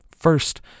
First